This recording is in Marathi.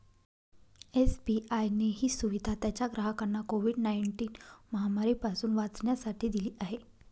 एस.बी.आय ने ही सुविधा त्याच्या ग्राहकांना कोविड नाईनटिन महामारी पासून वाचण्यासाठी दिली आहे